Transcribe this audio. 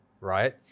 right